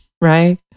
right